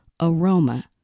aroma